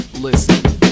Listen